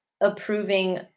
approving